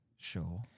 Sure